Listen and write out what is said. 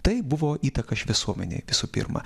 tai buvo įtaka šviesuomenei visų pirma